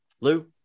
Lou